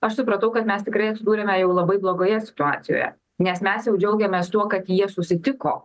aš supratau kad mes tikrai atsidūrėme jau labai blogoje situacijoje nes mes jau džiaugiamės tuo kad jie susitiko